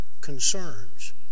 concerns